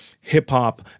hip-hop